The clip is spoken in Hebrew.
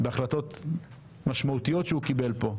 בהחלטות משמעותיות שהוא קיבל פה,